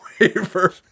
waiver